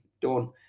done